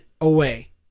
away